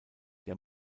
der